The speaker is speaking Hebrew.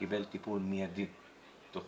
כיום